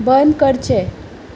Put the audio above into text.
बन करचें